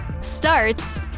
starts